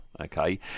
okay